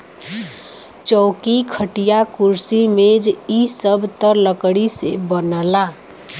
चौकी, खटिया, कुर्सी मेज इ सब त लकड़ी से बनला